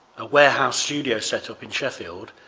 a warehouse studio setup in sheffield